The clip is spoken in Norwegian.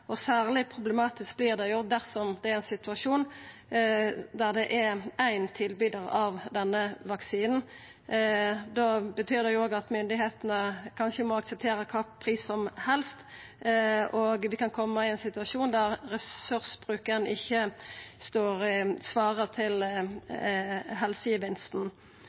barnevaksinasjonsprogrammet. Særleg problematisk vert det jo dersom det er ein situasjon der det er éin tilbydar av denne vaksinen. Då betyr det jo òg at myndigheitene kanskje må akseptera kva pris som helst, og dei kan koma i ein situasjon der ressursbruken ikkje svarar til helsegevinsten.